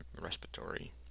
respiratory